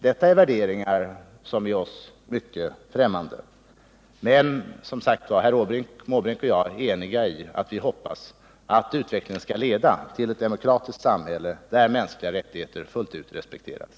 Detta är värderingar som är oss mycket främmande. Men herr Måbrink och jag är som sagt eniga i så måtto att vi hoppas att utvecklingen i Iran skall leda till ett demokratiskt samhälle där mänskliga rättigheter fullt ut respekteras.